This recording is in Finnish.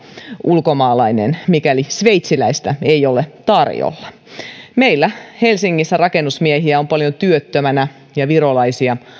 ulkomaalainen mikäli sveitsiläistä ei ole tarjolla ja meillä helsingissä rakennusmiehiä on paljon työttömänä ja virolaisia